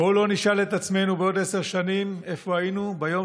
בואו לא נשאל את עצמנו בעוד עשר שנים איפה היינו ביום